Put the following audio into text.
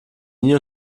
nie